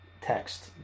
text